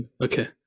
Okay